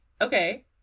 okay